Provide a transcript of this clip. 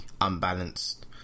unbalanced